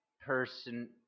person